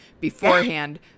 beforehand